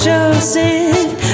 Joseph